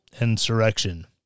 insurrection